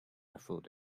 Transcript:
afford